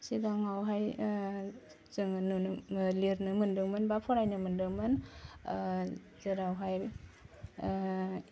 सिगाङावहाय जोङो नुनो मो लिरनो मोनदोंमोन बा फरायनो मोन्दोंमोन जेरावहाय